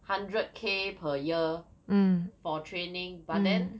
hundred k per year for training but then